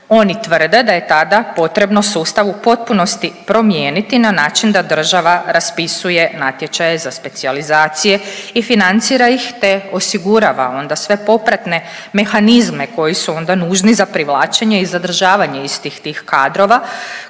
oni tvrde da je tada potrebno sustav u potpunosti promijeniti na način da država raspisuje natječaje za specijalizacije i financira ih, te osigurava onda sve popratne mehanizme koji su onda nužni za privlačenje i zadržavanje istih tih kadrova,